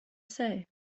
say